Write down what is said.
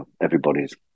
everybody's